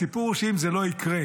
הסיפור הוא שאם זה לא יקרה,